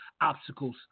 obstacles